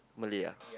Malay ah